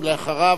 ואחריו,